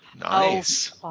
nice